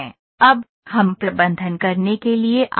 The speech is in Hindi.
स्लाइड समय का संदर्भ लें 3030 अब हम प्रबंधन करने के लिए आते हैं